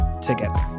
together